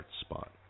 spot